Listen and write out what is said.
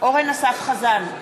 אורן אסף חזן,